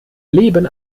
leben